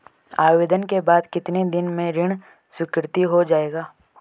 आवेदन के बाद कितने दिन में ऋण स्वीकृत हो जाएगा?